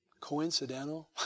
coincidental